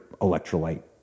electrolyte